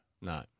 No